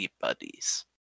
buddies